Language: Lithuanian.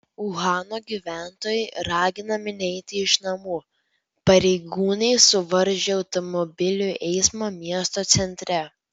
uhano gyventojai raginami neiti iš namų pareigūnai suvaržė automobilių eismą miesto centre